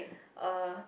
uh